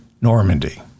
Normandy